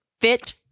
fit